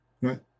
right